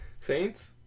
Saints